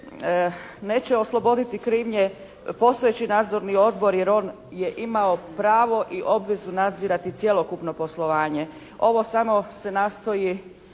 neće osloboditi krivnje postojeći Nadzorni odbor jer on je imao pravo i obavezu nadzirati cjelokupno poslovanje. Ovo samo se nastoji